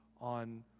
on